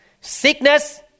Sickness